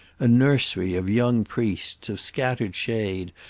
a nursery of young priests, of scattered shade,